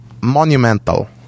monumental